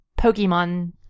Pokemon